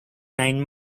nine